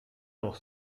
noch